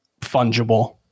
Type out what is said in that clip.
fungible